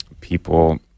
people